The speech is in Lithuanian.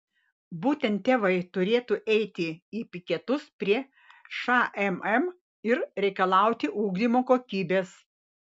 būtent tėvai turėtų eiti į piketus prie šmm ir reikalauti ugdymo kokybės